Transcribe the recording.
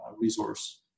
resource